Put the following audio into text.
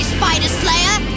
Spider-Slayer